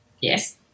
Yes